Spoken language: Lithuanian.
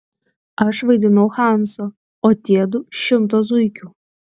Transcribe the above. aš vaidinau hansą o tie du šimtą zuikių